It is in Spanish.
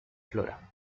flora